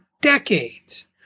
decades